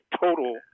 total